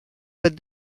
but